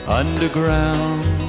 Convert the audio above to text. underground